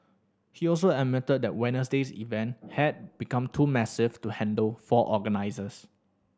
he also admitted that Wednesday's event had become too massive to handle for organisers